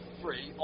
free